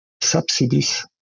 subsidies